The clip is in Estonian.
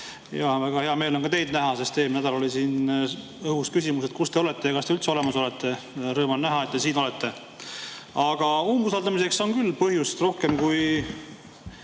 Väga hea meel on ka teid näha, sest eelmine nädal oli õhus küsimus, kus te olete ja kas te üldse olemas olete. Rõõm on näha, et te siin olete. Aga umbusaldamiseks on küll põhjust rohkem kui